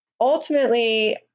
Ultimately